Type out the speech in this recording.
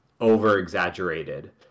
over-exaggerated